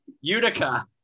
Utica